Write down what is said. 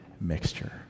mixture